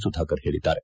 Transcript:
ಸುಧಾಕರ್ ಹೇಳಿದ್ದಾರೆ